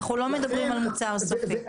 אנחנו לא מדברים על מוצר סופי.